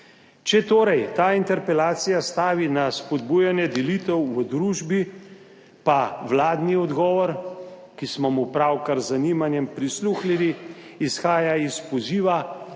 Če torej ta interpelacija stavi na spodbujanje delitev v družbi, pa vladni odgovor, ki smo mu pravkar z zanimanjem prisluhnili, izhaja iz poziva